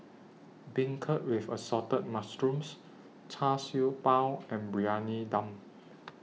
Beancurd with Assorted Mushrooms Char Siew Bao and Briyani Dum